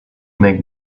make